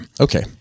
Okay